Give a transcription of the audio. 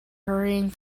hurrying